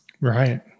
Right